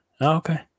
Okay